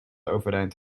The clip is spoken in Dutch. overeind